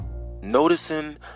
noticing